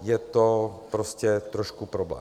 Je to prostě trošku problém.